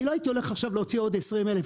אני לא הייתי הולך עכשיו להוציא עוד 20 אלף